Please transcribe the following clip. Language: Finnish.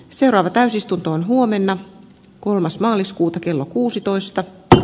seuraava täysistuntoon huomenna kolmas maaliskuuta kello kuusitoista kpl